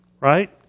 right